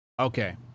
Okay